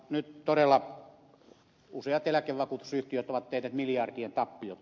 nyt todella useat eläkevakuutusyhtiöt ovat tehneet miljardien tappiot